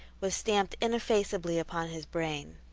was stamped ineffaceably upon his brain.